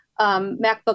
MacBook